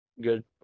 good